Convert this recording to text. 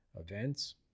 events